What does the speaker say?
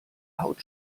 haut